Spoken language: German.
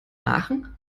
aachen